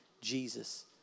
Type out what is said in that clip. Jesus